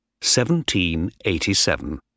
1787